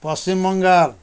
Paschim Bengal